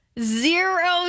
Zero